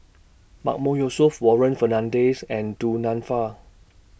Mahmood Yusof Warren Fernandez and Du Nanfa